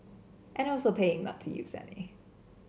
and also paying not to use any